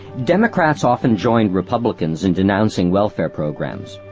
democrats often joined republicans in denouncing welfare programs.